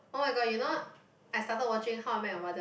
oh-my-god you know I started watching How-I-Met-Your-Mother